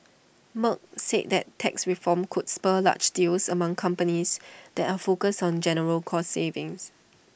Merck said that tax reform could spur large deals among companies that are focused on general cost savings